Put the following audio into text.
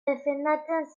defendatzen